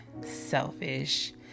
selfish